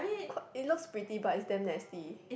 qu~ it looks pretty but it's damn nasty